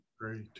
Great